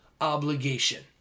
obligation